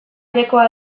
hilekoa